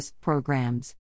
Programs